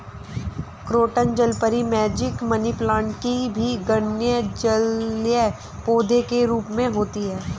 croton जलपरी, mosaic, money plant की भी गणना जलीय पौधे के रूप में होती है